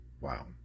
Wow